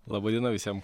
laba diena visiem